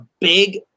big